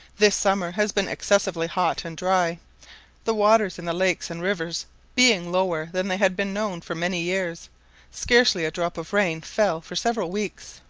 this summer has been excessively hot and dry the waters in the lakes and rivers being lower than they had been known for many years scarcely a drop of rain fell for several weeks.